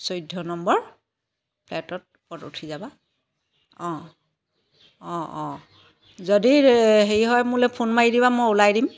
চৈধ্য নম্বৰ ফ্লেটত ওপৰত উঠি যাবা অঁ অঁ অঁ যদি হেৰি হয় মোলৈ ফোন মাৰি দিবা মই ওলাই দিম